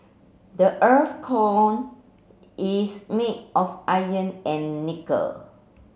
the earth's core is made of iron and nickel